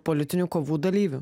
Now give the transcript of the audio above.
politinių kovų dalyviu